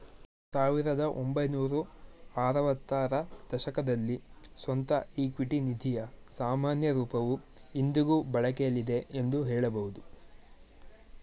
ಸಾವಿರದ ಒಂಬೈನೂರ ಆರವತ್ತ ರ ದಶಕದಲ್ಲಿ ಸ್ವಂತ ಇಕ್ವಿಟಿ ನಿಧಿಯ ಸಾಮಾನ್ಯ ರೂಪವು ಇಂದಿಗೂ ಬಳಕೆಯಲ್ಲಿದೆ ಎಂದು ಹೇಳಬಹುದು